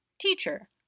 Teacher